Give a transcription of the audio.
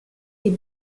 est